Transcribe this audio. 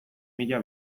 mila